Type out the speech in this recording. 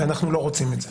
ואנחנו לא רוצים את זה.